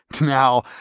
Now